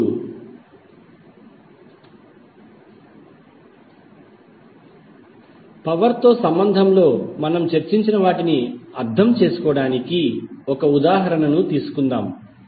ఇప్పుడు పవర్ తో సంబంధంలో మనం చర్చించిన వాటిని అర్థం చేసుకోవడానికి ఒక ఉదాహరణ తీసుకుందాం